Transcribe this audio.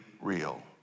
real